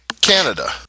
canada